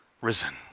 risen